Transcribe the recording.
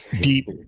deep